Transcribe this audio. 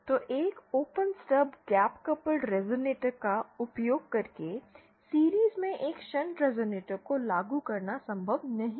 तो एक open stub gap coupled resonator का उपयोग करके सीरिज़ में एक शंट रेज़ोनेटर को लागू करना संभव नहीं है